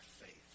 faith